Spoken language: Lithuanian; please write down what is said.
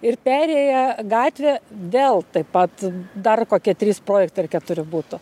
ir perėję gatvę vėl taip pat dar kokie trys projektai ar keturi būtų